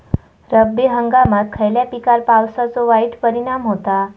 रब्बी हंगामात खयल्या पिकार पावसाचो वाईट परिणाम होता?